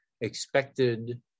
expected